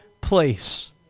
place